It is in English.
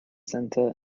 center